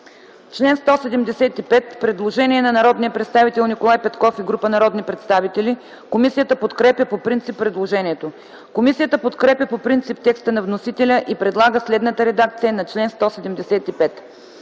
чл. 175 има предложение на Николай Петков и група народни представители. Комисията подкрепя по принцип предложението. Комисията подкрепя по принцип текста на вносителя и предлага следната редакция на чл. 175: